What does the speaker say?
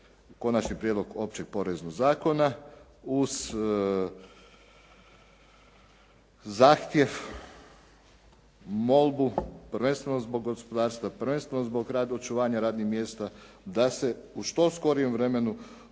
Konačni prijedlog Općeg poreznog zakona uz zahtjev, molbu prvenstveno zbog gospodarstva, prvenstveno zbog očuvanja radnih mjesta da se u što skorijem vremenu